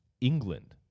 England